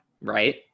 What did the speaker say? right